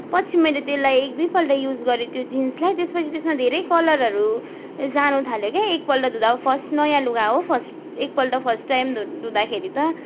पछि मैले त्यसलाई एक दुईपल्ट युज गरेँ त्यो जिन्सलाई त्यसपछि त्यसमा धेरै कलरहरू जानु थाल्यो के एकपल्ट धुँदा फर्स्ट नयाँ लुगा हो फर्स्ट एकपल्ट फर्स्ट टाइम धु धुँदाखेरि त